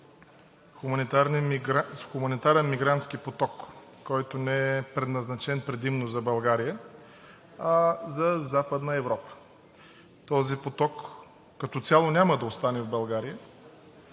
хуманитарен мигрантски поток, който не е предназначен предимно за България, а за Западна Европа. Този поток като цяло няма да остане в България,